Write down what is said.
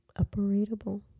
operatable